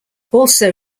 also